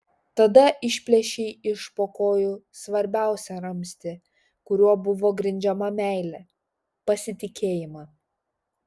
tada išplėšei iš po kojų svarbiausią ramstį kuriuo buvo grindžiama meilė pasitikėjimą